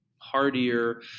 hardier